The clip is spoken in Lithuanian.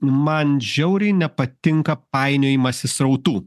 man žiauriai nepatinka painiojimasis srautų